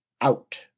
out